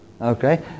Okay